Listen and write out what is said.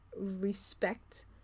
Respect